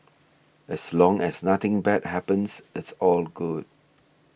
as long as nothing bad happens it's all good